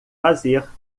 fazer